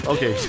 Okay